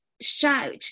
shout